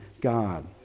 God